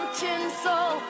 tinsel